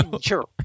Sure